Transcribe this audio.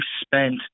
spent